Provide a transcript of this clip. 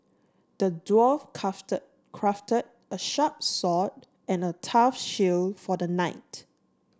the dwarf craft craft a sharp sword and a tough shield for the knight